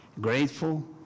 grateful